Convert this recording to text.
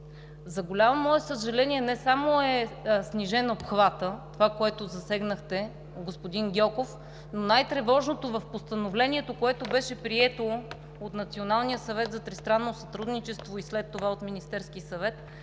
За голямо мое съжаление, не само е снижен обхватът. Това, което засегнахте, господин Гьоков, най-тревожното в Постановлението, което беше прието от Националния съвет за тристранно сътрудничество и след това от Министерския съвет,